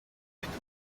gifite